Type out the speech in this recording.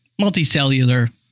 multicellular